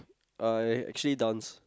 uh I actually dance